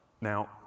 Now